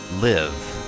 live